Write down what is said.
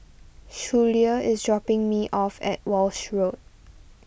Schuyler is dropping me off at Walshe Road